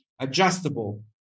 adjustable